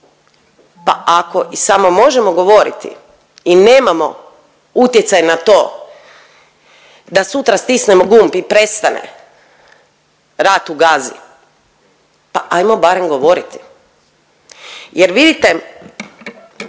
pa ako i samo možemo govoriti i nemamo utjecaj na to da sutra stisnemo gumb i prestane rat u Gazi pa hajmo barem govoriti. Jer vidite